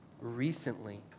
recently